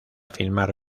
filmar